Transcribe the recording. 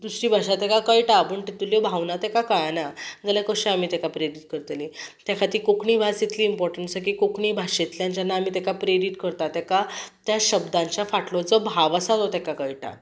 दुसरी भाशा ताका कळटा पूण तितूंतल्यो भावना ताका कळना जाल्यार कशें आमी ताका प्रेरीत करतलीं ते खातीर कोंकणी भास इतली इंपोर्टंण्ट आसा की कोंकणी भाशेंतल्यान जेन्ना आमी ताका प्रेरीत करतात ताका ते शब्दांच्या फाटलो जो भाव आसा तो ताका कळटा